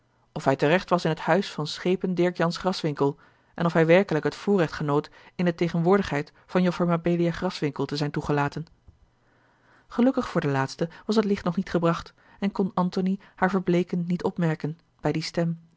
of hij terecht was in het huis van schepen dirk jansz graswinckel en of hij werkelijk het voorrecht genoot in de tegenwoordigheid van joffer mabelia graswinckel te zijn toegelaten gelukkig voor de laatste was het licht nog niet gebracht en kon antony haar verbleeken niet opmerken bij die stem